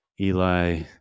Eli